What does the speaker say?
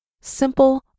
simple